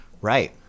Right